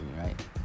right